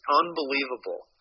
unbelievable